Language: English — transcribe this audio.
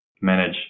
manage